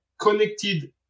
connected